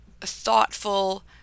thoughtful